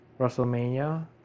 WrestleMania